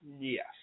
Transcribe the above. Yes